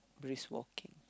brisk walking